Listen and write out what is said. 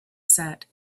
set